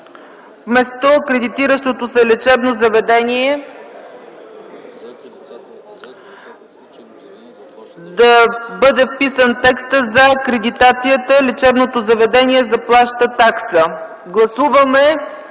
вместо „Акредитиращото се лечебно заведение” да бъде вписан текстът „За акредитацията лечебното заведение заплаща такса”. Гласуваме